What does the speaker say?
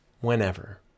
whenever